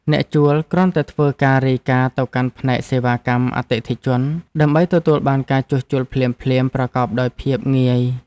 អ្នកជួលគ្រាន់តែធ្វើការរាយការណ៍ទៅកាន់ផ្នែកសេវាកម្មអតិថិជនដើម្បីទទួលបានការជួសជុលភ្លាមៗប្រកបដោយភាពងាយ។